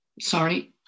sorry